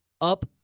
up